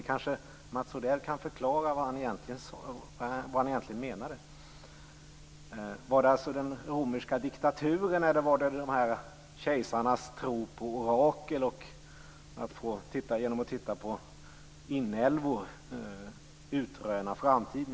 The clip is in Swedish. Kanske Mats Odell kan förklara vad han egentligen menade. Var det alltså den romerska diktaturen eller kejsarnas tro på orakel och på att man genom att titta på inälvor kan utröna framtiden?